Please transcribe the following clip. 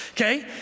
okay